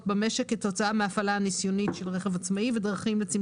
בין בתמורה ובין שלא בתמורה.